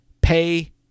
pay